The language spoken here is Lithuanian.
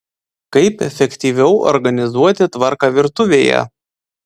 kaip efektyviau organizuoti tvarką virtuvėje